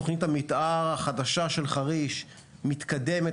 שתוכנית המתאר החדשה של חריש מתקדמת,